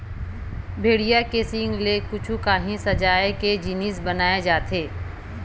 भेड़िया के सींग ले कुछु काही सजाए के जिनिस बनाए जाथे